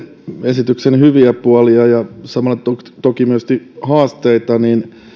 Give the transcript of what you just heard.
esityksen hyviä puolia ja samalla toki myöskin haasteita niin